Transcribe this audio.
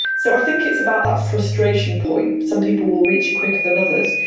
so i think it's about that frustration point. some people will reach it quicker than others.